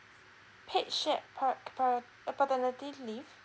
paid shared part part uh paternity leave